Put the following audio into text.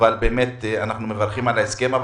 אנחנו באמת מברכים על ההסכם.